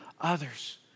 others